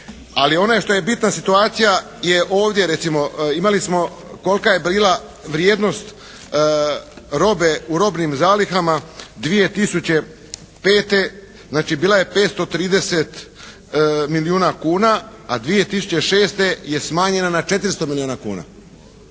Ali ono što je bitna situacija je ovdje recimo. Kolika je bila vrijednost robe u robnim zalihama 2005.? Znači bila je 530 milijuna kuna, a 2006. je smanjena na 400 milijuna kuna.